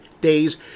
days